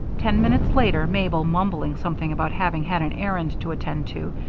ten minutes later mabel, mumbling something about having had an errand to attend to,